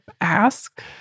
ask